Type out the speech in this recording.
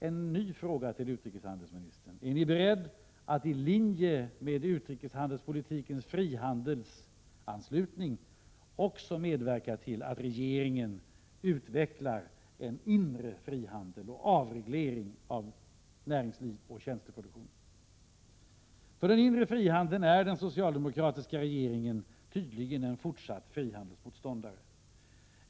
En ny fråga till utrikeshandelsministern: Är ni beredd att i linje med utrikeshandelspolitikens frihandelsanslutning också medverka till att regeringen utvecklar en inre frihandel och avreglering av näringsliv och tjänsteproduktion? För den inre frihandeln är den socialdemokratiska regeringen tydligen en fortsatt frihandelsmotståndare.